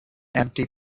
empty